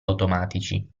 automatici